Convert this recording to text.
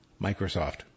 Microsoft